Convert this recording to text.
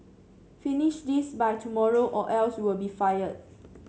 finish this by tomorrow or else you'll be fired